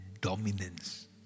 dominance